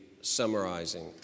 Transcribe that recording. summarizing